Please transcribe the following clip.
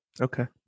okay